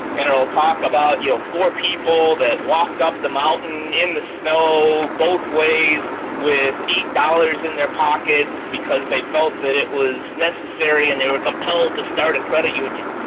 and it will talk about you know four people that walked up the mountain in the snow both ways with eight dollars in their pockets because they felt that it was necessary and they were compelled to start a credit union.